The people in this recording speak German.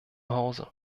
hause